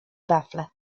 wafle